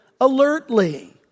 alertly